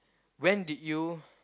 when did you